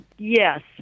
Yes